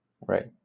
Right